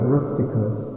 Rusticus